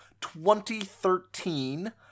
2013